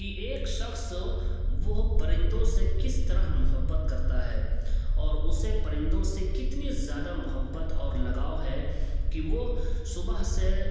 ایک شخص وہ پرندوں سے کس طرح محبت کرتا ہے اور اسے پرندوں سے كتنی زیادہ محبت اور لگاؤ ہے كہ وہ صبح سے